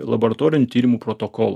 laboratorinių tyrimų protokolo